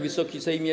Wysoki Sejmie!